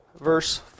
verse